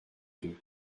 deux